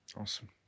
Awesome